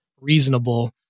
reasonable